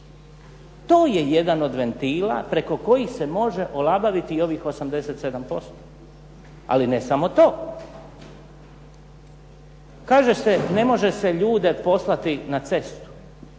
To je jedan od ventila preko kojih se može olabaviti i ovih 87%. Ali ne samo to. Kaže se ne može se ljude poslati na cestu.